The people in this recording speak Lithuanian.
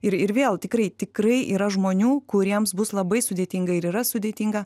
ir ir vėl tikrai tikrai yra žmonių kuriems bus labai sudėtinga ir yra sudėtinga